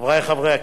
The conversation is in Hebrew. חברי חברי הכנסת,